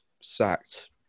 sacked